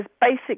basic